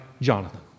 Jonathan